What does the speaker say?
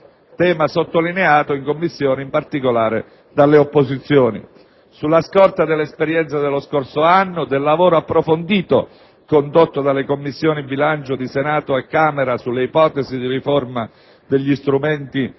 tema sottolineato in particolare dalle opposizioni in Commissione. Sulla scorta dell'esperienza dello scorso anno, del lavoro approfondito condotto dalle Commissioni bilancio di Senato e Camera sulle ipotesi di riforma degli strumenti